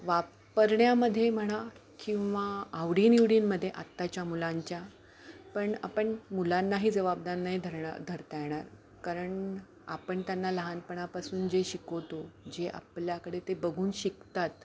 वापरण्यामध्ये म्हणा किंवा आवडीनिवडींमध्ये आत्ताच्या मुलांच्या पण आपण मुलांनाही जवाबदार नाही धरणं धरता येणार कारण आपण त्यांना लहानपणापासून जे शिकवतो जे आपल्याकडे ते बघून शिकतात